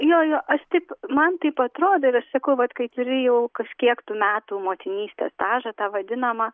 jo jo aš taip man taip atrodo ir aš sakau vat kai turi jau kažkiek tų metų motinystės stažą tą vadinamą